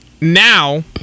now